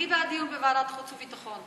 אני בעד דיון בוועדת החוץ והביטחון.